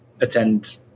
attend